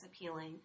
appealing